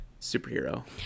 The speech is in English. superhero